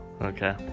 okay